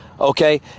Okay